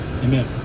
amen